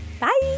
Bye